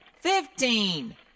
fifteen